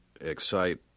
excite